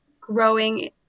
growing